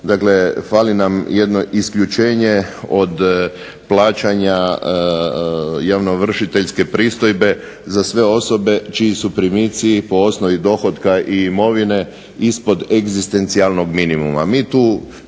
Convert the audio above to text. Dakle, fali nam jedno isključenje od plaćanja javnoovršiteljske pristojbe za sve osobe čiji su primici po osnovi dohotka i imovine ispod egzistencijalnog minimuma.